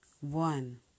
one